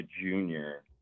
junior